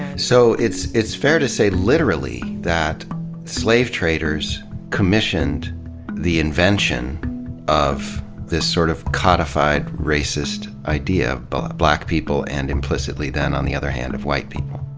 so it's it's fair to say literally that slave traders commissioned the invention of this sort of codified racist idea, of black people, and implicitly then on the other hand, of white people.